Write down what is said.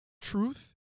truth